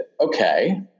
Okay